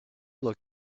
look